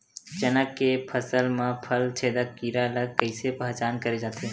चना के फसल म फल छेदक कीरा ल कइसे पहचान करे जाथे?